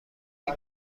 دهی